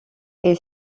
est